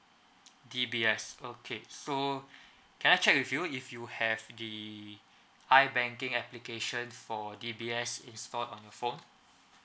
D_B_S okay so can I check with you if you have the i banking applications for D_B_S installed on your phone